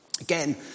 again